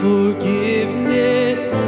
Forgiveness